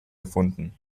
gefunden